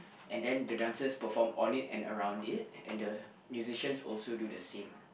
and then the dancers perform on it and around it and the musicians also do the same